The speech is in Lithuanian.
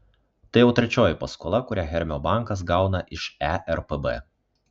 tai jau trečioji paskola kurią hermio bankas gauna iš erpb